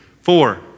Four